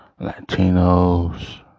Latinos